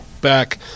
back